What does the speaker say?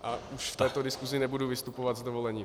A už v této diskusi nebudu vystupovat, s dovolením.